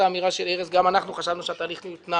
האמירה של ארז גם אנחנו חשבנו שהתהליך הותנע